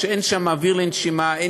שאין שם אוויר לנשימה,